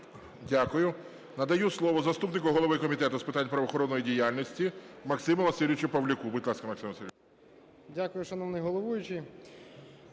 Дякую. Надаю слово заступнику голови Комітету з питань правоохоронної діяльності Максиму Васильовичу Павлюку. Будь ласка, Максиме Васильовичу. 12:45:20 ПАВЛЮК